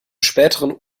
späteren